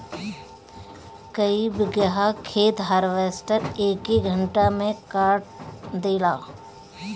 कई बिगहा खेत हार्वेस्टर एके घंटा में काट देला